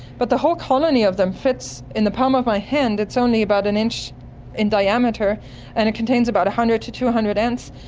but the whole colony of them fits in the palm of my hand, it's only about an inch in diameter and it contains about one hundred to two hundred ants,